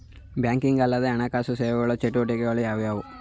Banking ಅಲ್ಲದ ಹಣಕಾಸು ಸೇವೆಗಳ ಚಟುವಟಿಕೆಗಳು ಯಾವುವು?